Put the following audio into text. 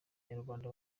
nyarwanda